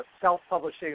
self-publishing